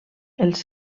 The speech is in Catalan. els